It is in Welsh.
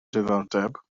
diddordeb